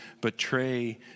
betray